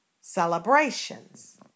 celebrations